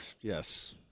yes